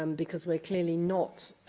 um because we're clearly not